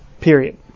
period